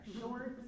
shorts